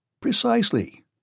Precisely